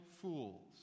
fools